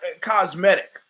cosmetic